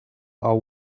are